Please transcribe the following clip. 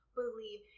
believe